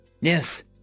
Yes